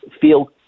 feel